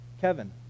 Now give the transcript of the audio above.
Kevin